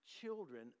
Children